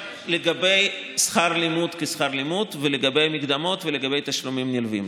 בעניין שכר לימוד כשכר לימוד ולגבי מקדמות ולגבי תשלומים נלווים,